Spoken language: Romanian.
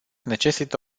necesită